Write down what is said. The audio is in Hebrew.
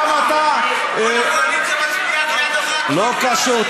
כל הקואליציה מצביעה, לא קשור.